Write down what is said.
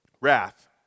wrath